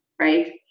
right